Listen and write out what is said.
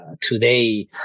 today